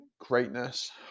greatness